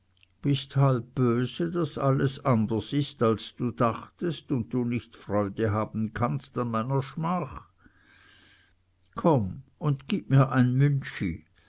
bist halb böse daß alles anders ist als du dachtest und du nicht freude haben kannst an meiner schmach komm und gib mir ein